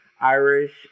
Irish